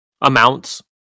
amounts